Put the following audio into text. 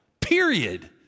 Period